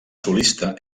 solista